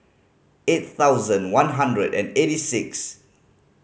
eight thousand one hundred and eighty six